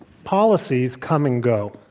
policies come and go.